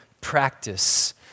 practice